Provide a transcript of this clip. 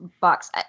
box